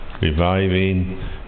reviving